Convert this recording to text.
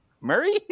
Murray